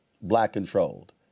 black-controlled